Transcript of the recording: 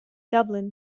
dublin